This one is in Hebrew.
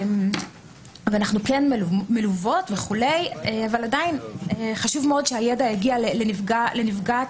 ואנחנו כן מלוות וכו' אבל חשוב מאוד שהידע יגיע לנפגעת